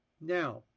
now